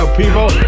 people